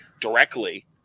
directly